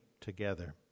together